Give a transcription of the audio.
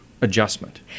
adjustment